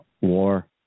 war